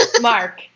mark